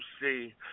see